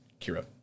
Kira